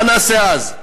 מה נעשה אז?